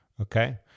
Okay